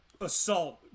assault